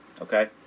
Okay